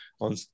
on